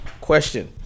Question